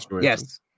yes